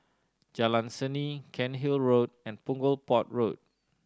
Jalan Seni Cairnhill Road and Punggol Port Road